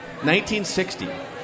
1960